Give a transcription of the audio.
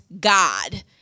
God